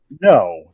No